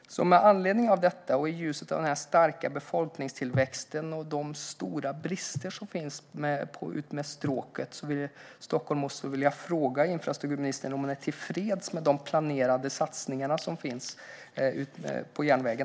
Med anledning av detta och i ljuset av den starka befolkningstillväxten och de stora brister som finns utmed stråket Stockholm-Oslo vill jag fråga infrastrukturministern om hon är tillfreds med de planerade satsningarna på järnvägen.